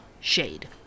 Shade